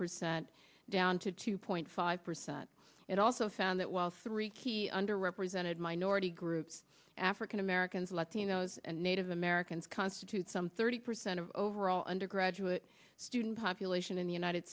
percent down to two point five percent it also found that while three key under represented minority groups african americans latinos and native americans constitute some thirty percent of overall undergraduate student population in the united